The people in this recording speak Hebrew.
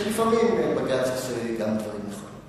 שלפעמים בג"ץ עושה גם דברים נכונים.